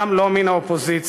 גם לא מן האופוזיציה,